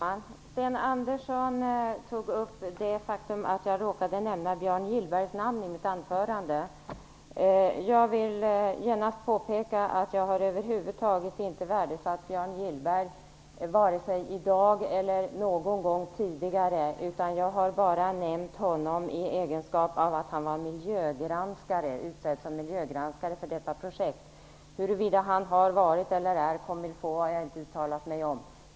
Herr talman! Sten Andersson tog upp det faktum att jag råkade nämna Björn Gillbergs namn i mitt anförande. Jag vill genast påpeka att jag över huvud taget inte har värdesatt Björn Gillberg vare sig i dag eller någon gång tidigare, utan jag har bara nämnt honom i hans egenskap av miljögranskare för detta projekt. Huruvida han har varit eller är comme-il-faut har jag inte uttalat mig om.